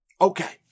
Okay